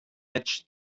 edge